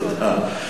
תודה.